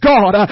God